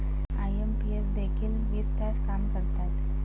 IMPS देखील वीस तास काम करतात?